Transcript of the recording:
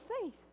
faith